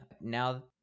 Now